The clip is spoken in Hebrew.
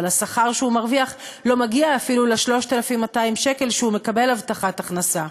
אבל השכר שהוא מרוויח לא מגיע אפילו ל-3,200 שקל שהוא מקבל הבטחת הכנסה.